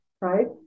right